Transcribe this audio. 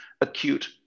acute